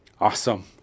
awesome